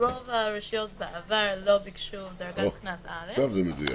רוב הרשויות בעבר לא ביקשו דרגת קנס א' -- עכשיו זה מדויק.